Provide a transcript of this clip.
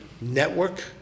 network